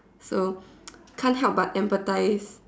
so can't help but empathize